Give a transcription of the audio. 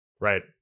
right